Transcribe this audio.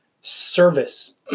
service